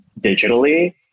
digitally